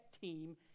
team